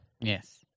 Yes